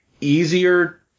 easier